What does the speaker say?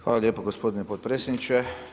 Hvala lijepo gospodine potpredsjedniče.